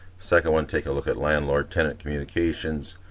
second one take a look at landlord-tenant communications,